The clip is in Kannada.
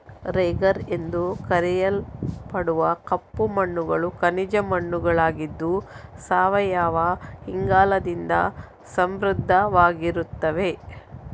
ರೆಗರ್ ಎಂದು ಕರೆಯಲ್ಪಡುವ ಕಪ್ಪು ಮಣ್ಣುಗಳು ಖನಿಜ ಮಣ್ಣುಗಳಾಗಿದ್ದು ಸಾವಯವ ಇಂಗಾಲದಿಂದ ಸಮೃದ್ಧವಾಗಿರ್ತವೆ